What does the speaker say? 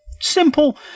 simple